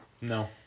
No